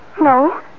No